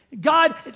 God